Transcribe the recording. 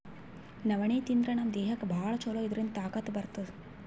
ನವಣಿ ತಿಂದ್ರ್ ನಮ್ ದೇಹಕ್ಕ್ ಭಾಳ್ ಛಲೋ ಇದ್ರಿಂದ್ ತಾಕತ್ ಬರ್ತದ್